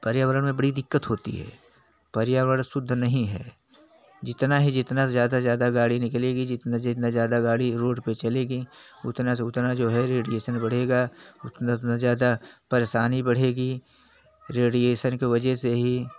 पर्यावरण में बड़ी दिक्कत होती है पर्यावरण शुद्ध नहीं है जितना ही जितना से ज़्यादा ज़्यादा गाड़ी निकलेगी जितना जितना ज़्यादा गाड़ी रोड पर चलेगी उतना से उतना जो है रेडिएसन बढ़ेगा उतना उतना ज्यादा परेशानी बढ़ेगी रेडिएसन के वजह से ही